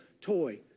toy